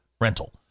rental